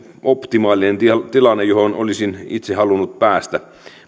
optimaalinen tilanne johon olisin itse halunnut päästä